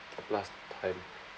last time